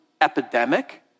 epidemic